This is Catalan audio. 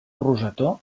rosetó